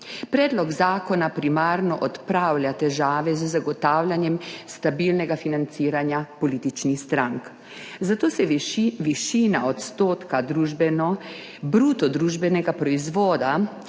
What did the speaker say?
Predlog zakona primarno odpravlja težave z zagotavljanjem stabilnega financiranja političnih strank, zato se višina odstotka bruto družbenega proizvoda,